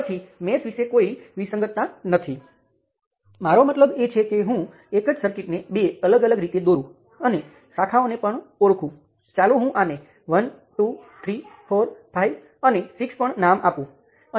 તો ફરીથી કારણ કે તમે પહેલેથી જ કરંટ નિયંત્રિત કરંટ સ્ત્રોત લીધો છે કૃપા કરીને આના માટે મેશ સમીકરણો જાતે લખો અને મેં જે આપ્યું છે તેની સાથે તેની તુલના કરો